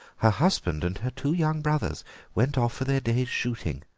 her husband and her two young brothers went off for their day's shooting.